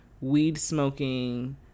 weed-smoking